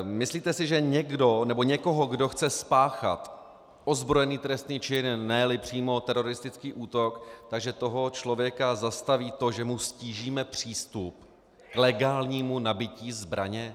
Myslíte si, že někoho, kdo chce spáchat ozbrojený trestný čin, neli přímo teroristický útok, že toho člověka zastaví to, že mu ztížíme přístup k legálnímu nabytí zbraně?